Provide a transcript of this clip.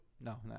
No